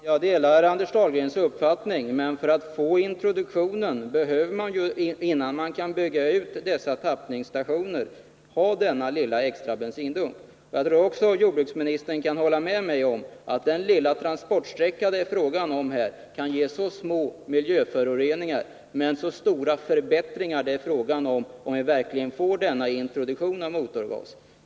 Herr talman! Jag delar Anders Dahlgrens uppfattning. Men för att få en introduktion, för att kunna bygga ut tappningsstationerna, behöver man ha denna lilla extra bensindunk. Jag tror också att jordbruksministern kan hålla med mig om att den korta transportsträcka det är fråga om här kan ge mycket små miljöföroreningar, medan vi totalt sett kan uppnå mycket stora förbättringar, om vi verkligen får en introduktion av motorgas.